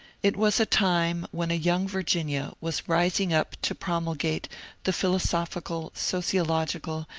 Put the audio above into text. it was a time when a young virginia was rising up to promulgate the philosophical, sociological,